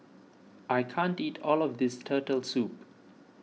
I can't eat all of this Turtle Soup